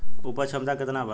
उपज क्षमता केतना वा?